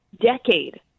decade